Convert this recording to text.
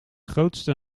grootste